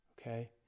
Okay